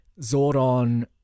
Zordon